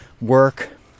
Work